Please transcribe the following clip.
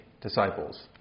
disciples